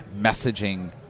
messaging